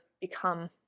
become